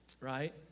Right